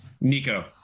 Nico